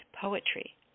poetry